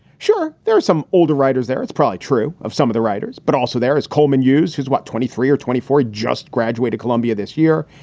sure, there are some older writers there. it's probably true of some of the writers. but also there is kohlman use who's, what, twenty three or twenty four just graduated columbia this year.